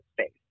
space